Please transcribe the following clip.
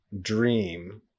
dream